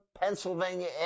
Pennsylvania